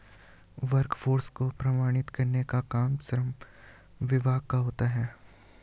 workforce को प्रमाणित करने का काम श्रम विभाग का होता है